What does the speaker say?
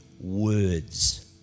words